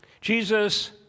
Jesus